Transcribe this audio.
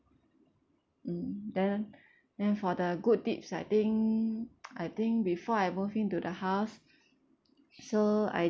mm then then for the good deeds I think I think before I move into the house so I